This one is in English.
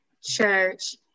church